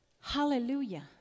Hallelujah